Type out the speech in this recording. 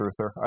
truther